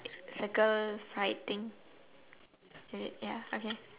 circle fried thing is it ya okay